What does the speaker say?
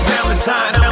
Valentine